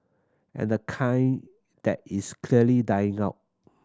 and the kind that is clearly dying out